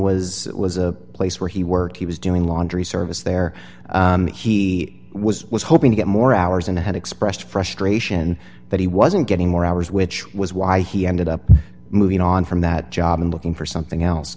was it was a place where he worked he was doing laundry service there he was was hoping to get more hours and had expressed frustration that he wasn't getting more hours which was why he ended up moving on from that job and looking for something else